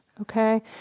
okay